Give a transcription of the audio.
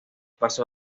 pasó